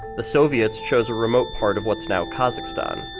the soviets chose a remote part of what's now kazakhstan.